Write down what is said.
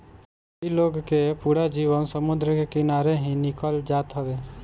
इ लोग के पूरा जीवन समुंदर के किनारे ही निकल जात हवे